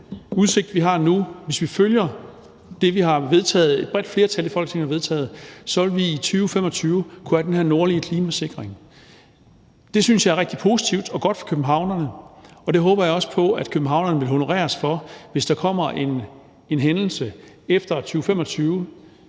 udsigt, vi har nu, og hvis vi følger det, som et bredt flertal i Folketinget har vedtaget, så vil vi i 2025 kunne have den her nordlige klimasikring. Det synes jeg er rigtig positivt og godt for københavnerne, og det håber jeg også på at københavnerne vil honorere os for, hvis der kommer en hændelse efter 2025,